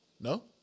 no